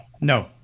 No